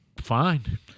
fine